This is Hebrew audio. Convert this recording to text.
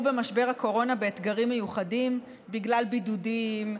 במשבר הקורונה באתגרים מיוחדים בגלל בידודים,